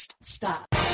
Stop